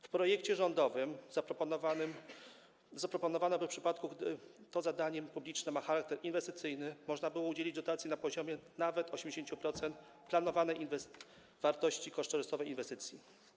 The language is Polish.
W projekcie rządowym zaproponowano, aby w przypadku gdy to zadanie publiczne ma charakter inwestycyjny, można było udzielić dotacji na poziomie nawet 80% planowanej wartości kosztorysowej inwestycji.